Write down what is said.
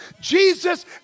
Jesus